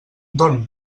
dorm